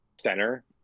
center